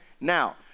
Now